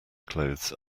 clothes